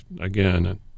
again